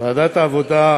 שמעון אוחיון,